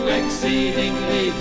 exceedingly